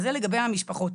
זה לגבי המשפחות.